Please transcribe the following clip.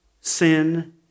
sin